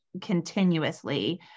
continuously